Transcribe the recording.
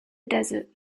desert